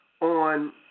on